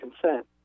consent